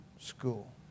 school